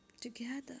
together